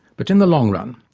but in the long run,